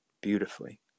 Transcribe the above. beautifully